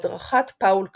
בהדרכת פאול קאלה.